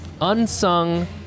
unsung